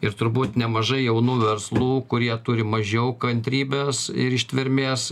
ir turbūt nemažai jaunų verslų kurie turi mažiau kantrybės ir ištvermės